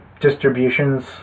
distributions